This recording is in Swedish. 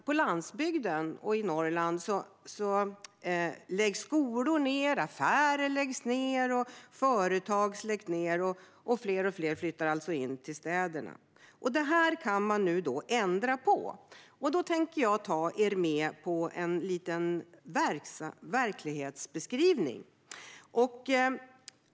På landsbygden och i Norrland läggs skolor, affärer och företag ned, och allt fler flyttar in till städerna. Det här kan man ändra på. Jag tänker ta er med på en liten tur i verkligheten.